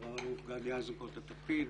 רב-אלוף גדי אייזנקוט לתפקיד.